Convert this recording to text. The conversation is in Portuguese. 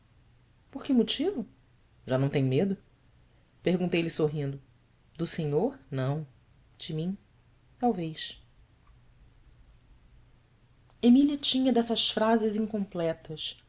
por que motivo á não tem medo perguntei-lhe sorrindo o senhor não de mim talvez emília tinha dessas frases incompletas